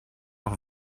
auch